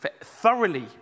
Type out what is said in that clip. Thoroughly